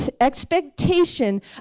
expectation